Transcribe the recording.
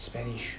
spanish